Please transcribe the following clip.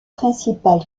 principal